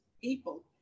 people